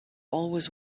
always